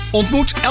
Ontmoet